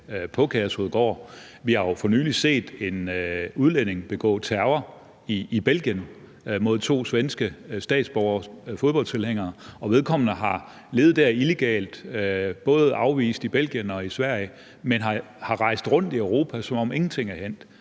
Vi har jo for nylig set en udlænding begå terror i Belgien mod to svenske statsborgere, som var fodboldtilhængere, og vedkommende har levet der illegalt. Han var både afvist i Belgien og i Sverige, men har rejst rundt i Europa, som om ingenting var hændt.